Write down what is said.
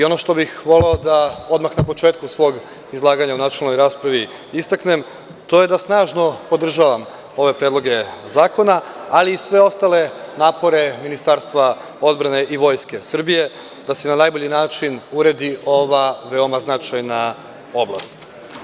Ono što bih voleo da odmah na početku svog izlaganja u načelnoj raspravi istaknem je da snažno podržavam ove predloge zakona, ali i sve ostale napore Ministarstva odbrane i Vojske Srbije da se na najbolji način uredi ova veoma značajna oblast.